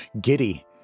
giddy